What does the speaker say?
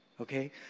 Okay